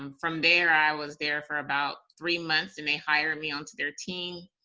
um from there, i was there for about three months, and they hired me onto their team